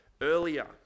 earlier